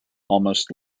almost